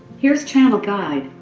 here's channel guide.